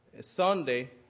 Sunday